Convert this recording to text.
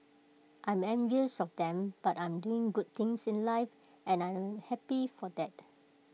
I'm envious of them but I'm doing good things in life and I am happy for that